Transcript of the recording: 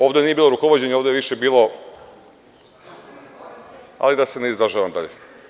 Ovde nije bilo rukovođenja, ovde je više bilo… ali da se ne izražavam dalje.